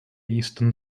eastern